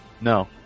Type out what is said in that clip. No